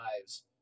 lives